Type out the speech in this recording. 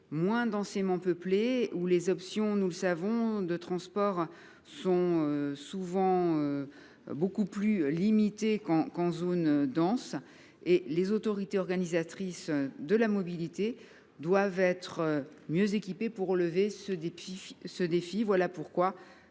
moins densément peuplées, où les options de transport sont souvent beaucoup plus limitées que dans les zones denses. Aussi, les autorités organisatrices de la mobilité doivent être mieux équipées pour relever ce défi. Voilà pourquoi